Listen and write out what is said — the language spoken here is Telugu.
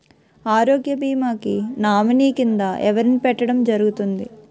ఆరోగ్య భీమా కి నామినీ కిందా ఎవరిని పెట్టడం జరుగతుంది?